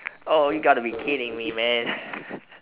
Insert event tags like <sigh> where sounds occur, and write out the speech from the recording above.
oh you gotta be kidding me man <laughs>